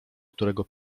którego